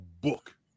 book